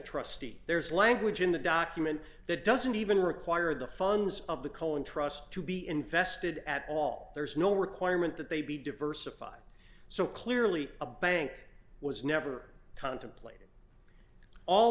trustee there is language in the document that doesn't even require the funds of the cohen trust to be invested at all there is no requirement that they be diversified so clearly a bank was never contemplated all